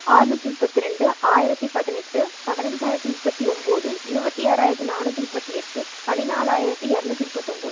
ஆற்நூற்றி முப்பத்திரெண்டு ஆயிரத்தி பதினெட்டு பதினஞ்சாயிரத்தி முப்பத்தி ஒம்பது இருபத்தாயிரத்தி நானூற்றி முப்பத்தியெட்டு பதினாலாயிரத்தி இரநூற்றி முப்பத்தொம்பது